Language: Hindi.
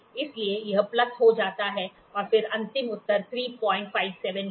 इसलिए यह प्लस हो जाता है और फिर अंतिम उत्तर 357 है